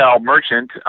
merchant